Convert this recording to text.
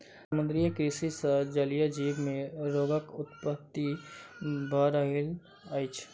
समुद्रीय कृषि सॅ जलीय जीव मे रोगक उत्पत्ति भ रहल अछि